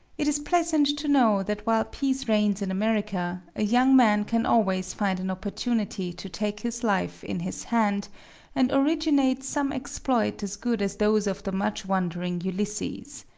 it is pleasant to know that while peace reigns in america, a young man can always find an opportunity to take his life in his hand and originate some exploit as good as those of the much-wandering ulysses.